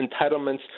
entitlements